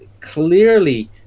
clearly